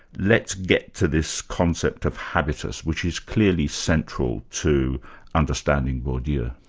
let's get to this concept of habitus, which is clearly central to understanding bourdieu. yeah